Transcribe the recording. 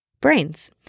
brains